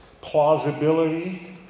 plausibility